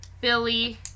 billy